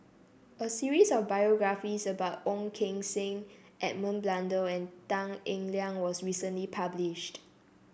a series of biographies about Ong Keng Sen Edmund Blundell and Tan Eng Liang was recently published